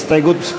הסתייגות מס'